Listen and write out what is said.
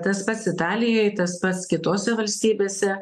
tas pats italijoj tas pats kitose valstybėse